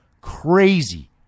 crazy